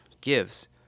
gives